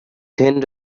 thin